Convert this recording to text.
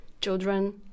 children